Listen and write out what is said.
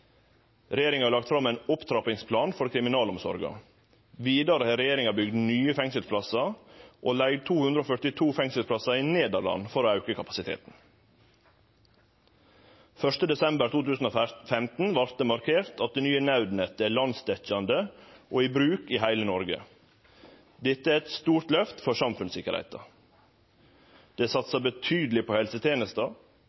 Regjeringa har lagt fram ein opptrappingsplan for kriminalomsorga. Vidare har regjeringa bygd nye fengselsplassar og leigd 242 fengselsplassar i Nederland for å auke kapasiteten. Den 1. desember 2015 vart det markert at det nye naudnettet er landsdekkjande og i bruk i heile Noreg. Dette er eit stort løft for samfunnssikkerheita. Det